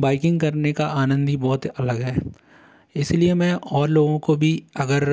biking करने का आनंद ही बहुत अलग है इस लिए मैं और लोगों को भी अगर